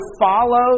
follow